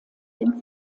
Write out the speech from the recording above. dem